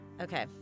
Okay